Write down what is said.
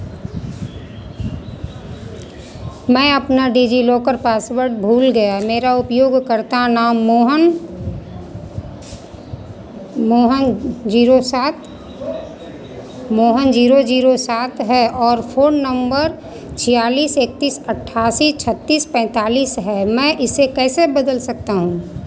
मैं अपना DigiLocker password भूल गया मेरा उपयोगकर्ता नाम मोहन मोहन जीरो सात मोहन जीरो जीरो सात है और फ़ोन नंबर छियालीस एकत्तीस अठासी छत्तीस पैंतालीस है मैं इसे कैसे बदल सकता हूँ